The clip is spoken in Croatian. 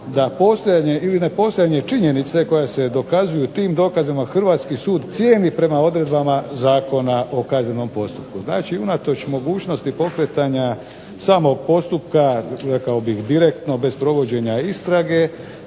da postojanje ili nepostojanje činjenice koja se dokazuju tim dokazima hrvatski sud cijeni prema odredbama Zakona o kaznenom postupku. Znači unatoč mogućnosti pokretanja samog postupka, rekao bih direktno bez provođenja istrage,